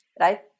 Right